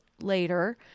later